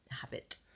habit